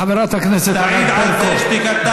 חברת הכנסת ענת ברקו.